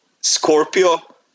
Scorpio